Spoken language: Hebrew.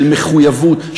של מחויבות,